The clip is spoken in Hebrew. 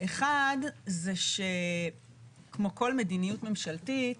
אחד זה שכמו כל מדיניות ממשלתית,